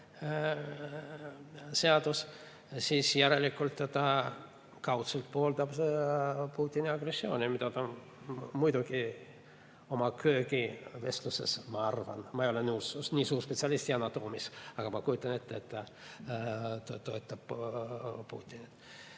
seadus, siis järelikult ta kaudselt pooldab Putini agressiooni, mida ta muidugi oma köögivestlustes [teeb], ma arvan. Ma ei ole nii suur spetsialist Yana Toomi alal, aga ma kujutan ette, et ta toetab Putinit.